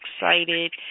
excited